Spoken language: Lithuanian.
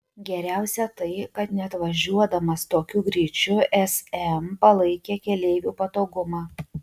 geriausia tai kad net važiuodamas tokiu greičiu sm palaikė keleivių patogumą